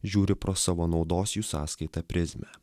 žiūri pro savo naudos jų sąskaita prizmę